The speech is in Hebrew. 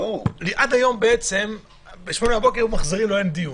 עד היום ב-08:00 בבוקר מחזירים לו, אין דיון.